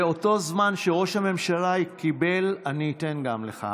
ואותו זמן שראש הממשלה קיבל אני אתן גם לך,